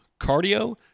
cardio